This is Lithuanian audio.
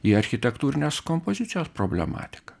į architektūrinės kompozicijos problematiką